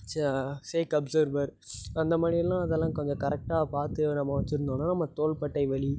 ச shock absorber அந்த மாரியெல்லாம் அதெல்லாம் கொஞ்சம் கரெக்டாக பார்த்து நம்ம வச்சுருந்தோன்னா நம்ம தோள் பட்டை வலி